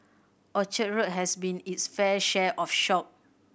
Orchard Road has seen it's fair share of shock